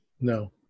No